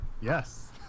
Yes